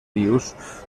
vius